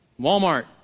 Walmart